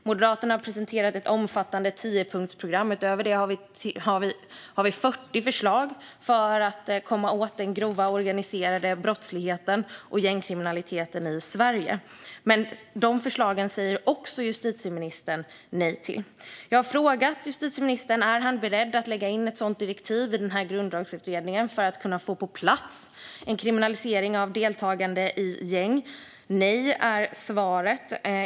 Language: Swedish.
Moderaterna har presenterat ett omfattande tiopunktsprogram, och utöver det har vi 40 förslag för att komma åt den grova organiserade brottsligheten och gängkriminaliteten i Sverige. Men justitieministern säger nej också till dessa förslag. Jag har frågat justitieministern om han är beredd att lägga in ett sådant direktiv i Grundlagsutredningen för att kunna få en kriminalisering av deltagande i gäng på plats. Svaret är nej.